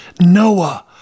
Noah